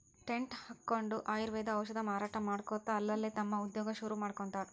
tent ಹಕ್ಕೊಂಡ್ ಆಯುರ್ವೇದ ಔಷಧ ಮಾರಾಟಾ ಮಾಡ್ಕೊತ ಅಲ್ಲಲ್ಲೇ ತಮ್ದ ಉದ್ಯೋಗಾ ಶುರುರುಮಾಡ್ಕೊಂಡಾರ್